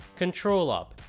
ControlUp